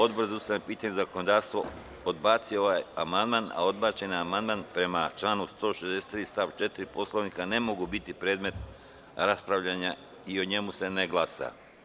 Odbor za ustavna pitanja i zakonodavstvo odbacio je ovaj amandman, a odbačeni amandman, prema članu 163. stav 4. Poslovnika, ne može biti predmet rasprave o njemu se ne glasa.